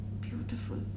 Beautiful